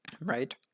right